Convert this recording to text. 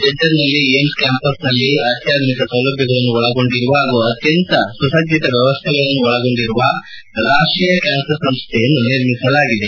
ಜಜ್ವರ್ನಲ್ಲಿ AIIMS ಕ್ಯಾಂಪಸ್ನಲ್ಲಿ ಅತ್ಯಾಧುನಿಕ ಸೌಲಭ್ಯಗಳನ್ನು ಒಳಗೊಂಡಿರುವ ಹಾಗೂ ಅತ್ಯಂತ ಸುಸಜ್ಜಿತ ವ್ಯವಸ್ವೆಗಳನ್ನು ಒಳಗೊಂಡಿರುವ ರಾಷ್ಟೀಯ ಕ್ವಾನ್ಸರ್ ಸಂಸ್ವೆಯನ್ನು ನಿರ್ಮಿಸಲಾಗಿದೆ